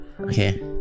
Okay